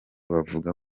bavuga